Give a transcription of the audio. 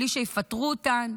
בלי שיפטרו אותן,